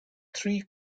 three